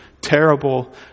terrible